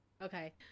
Okay